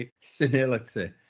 senility